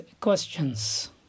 questions